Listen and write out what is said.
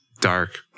dark